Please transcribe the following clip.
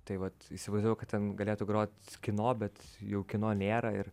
tai vat įsivaizduoju kad ten galėtų grot kino bet jau kino nėra ir